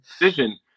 decision